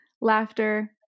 laughter